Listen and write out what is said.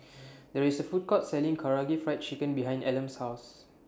There IS A Food Court Selling Karaage Fried Chicken behind Elam's House